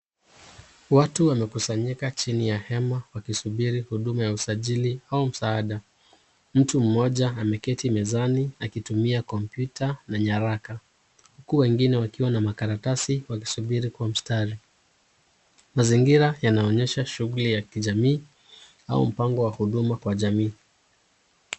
Watu wamekusanyika chini ya hema wakisubiri huduma ya usajili au msaada, mtu mmoja ameketi mezani akitumia kompyuta na nyaraka ,huku wengine wakiwa na makaratasi wakisubiri kwa mstari , mazingira yanaonyesha shughli ya kijamii au mpango wa huduma kwa jamii .